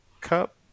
Cup